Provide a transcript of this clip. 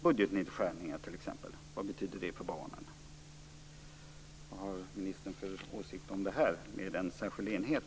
Vad betyder t.ex. budgetnedskärningar för barnen? Vad har ministern för åsikt om en särskild enhet?